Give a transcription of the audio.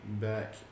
back